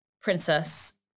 princess